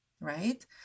Right